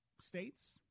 states